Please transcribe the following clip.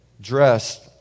dressed